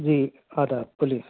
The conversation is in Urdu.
جی آداب بولیے